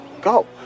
Go